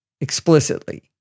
explicitly